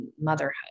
motherhood